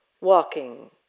walking